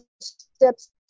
steps